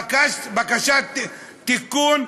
בקשת תיקון,